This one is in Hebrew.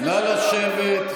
נא לשבת.